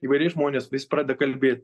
įvairiai žmonės vis pradeda kalbėt